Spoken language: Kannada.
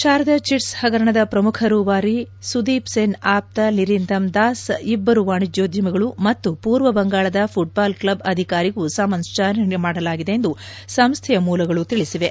ಶಾರದಾ ಚಿಟ್ಪ್ ಹಗರಣದ ಪ್ರಮುಖ ರೂವಾರಿ ಸುದೀಪ್ಸೆನ್ ಆಪ್ತ ಲಿರಿಂದಮ್ ದಾಸ್ ಇಬ್ಬರು ವಾಣಿಜ್ಯೋದ್ಯಮಿಗಳು ಮತ್ತು ಪೂರ್ವ ಬಂಗಾಳದ ಫುಟ್ಬಾಲ್ ಕ್ಷಬ್ ಅಧಿಕಾರಿಗು ಸಮನ್ನ್ ನೀಡಲಾಗಿದೆ ಎಂದು ಸಂಸ್ಡೆಯ ಮೂಲಗಳು ತಿಳಿಸಿವೆ